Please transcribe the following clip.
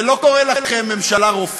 אני מצטרף פה ליואל ולא קורא לכם ממשלה רופסת.